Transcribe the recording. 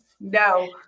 No